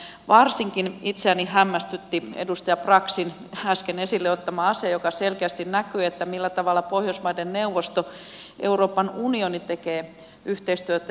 varsinkin itseäni hämmästytti edustaja braxin äsken esille ottama asia josta selkeästi näkyy millä tavalla pohjoismaiden neuvosto ja euroopan unioni tekevät yhteistyötä